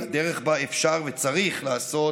לדרך שבה אפשר וצריך לעשות